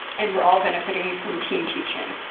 and we're all benefiting from team teaching.